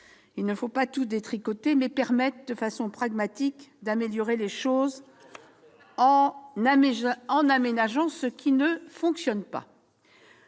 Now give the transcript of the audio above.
ne fallait « pas tout détricoter, mais permettre, de façon pragmatique, d'améliorer les choses, en aménageant ce qui ne fonctionne pas